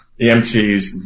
EMTs